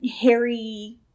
hairy